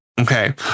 okay